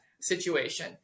situation